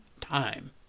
time